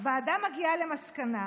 הוועדה מגיעה למסקנה